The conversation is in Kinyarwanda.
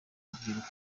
rubyiruko